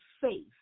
faith